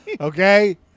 Okay